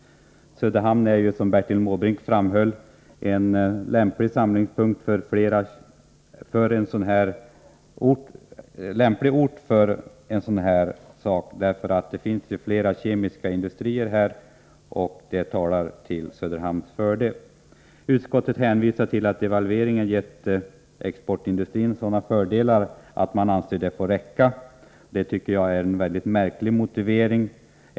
Söderhamn är ju, som Bertil Måbrink tidigare framhållit, en lämplig ort för detta ändamål. Där finns nämligen flera kemiska industrier, och det talar till Söderhamns fördel. Utskottet hänvisar till att devalveringen gett exportindustrin sådana fördelar att man anser att det får räcka. Det tycker jag är en väldigt märklig motivering.